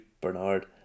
Bernard